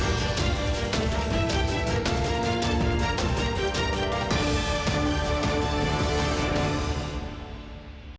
Дякую.